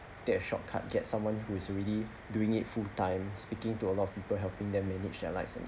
get a shortcut get someone who is already doing it full time speaking to a lot of people helping them manage their licence